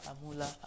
Amula